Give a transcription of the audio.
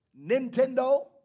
Nintendo